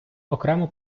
окремо